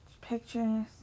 pictures